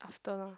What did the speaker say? after lah